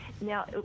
Now